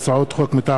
מטעם הכנסת: